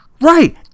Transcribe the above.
Right